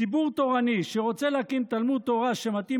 ציבור תורני שרוצה להקים תלמוד תורה שמתאים